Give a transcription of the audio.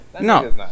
No